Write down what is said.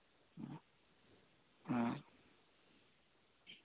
ᱚ ᱚ